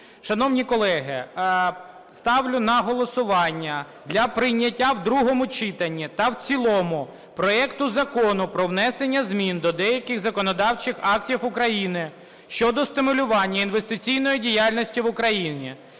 Шановні колеги, ставлю на голосування для прийняття в другому читанні та в цілому проекту Закону про внесення змін до деяких законодавчих актів України щодо стимулювання інвестиційної діяльності в Україні